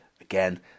Again